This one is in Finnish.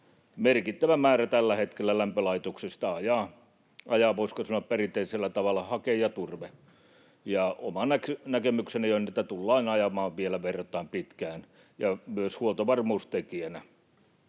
merkittävä määrä lämpölaitoksista ajaa, voisiko sanoa, perinteisellä tavalla haketta ja turvetta, ja oma näkemykseni on, että tullaan ajamaan vielä verrattain pitkään ja myös huoltovarmuustekijänä.